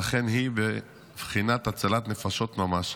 ולכן היא בבחינת הצלת נפשות ממש.